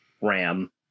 ram